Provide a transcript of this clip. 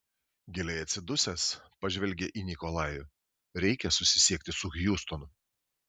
giliai atsidusęs pažvelgė į nikolajų reikia susisiekti su hjustonu